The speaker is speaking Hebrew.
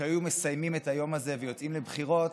שהיו מסיימים את היום הזה ויוצאים לבחירות